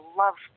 love